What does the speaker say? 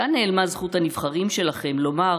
לאן נעלמה זכות הנבחרים שלכם לומר